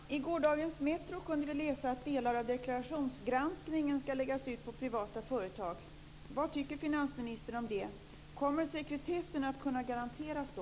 Herr talman! I gårdagens Metro kunde vi läsa att delar av deklarationsgranskningen ska läggas ut på privata företag. Vad tycker finansministern om det? Kommer sekretessen att kunna garanteras då?